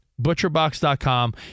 butcherbox.com